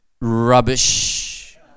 Rubbish